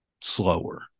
slower